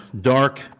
dark